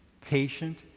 patient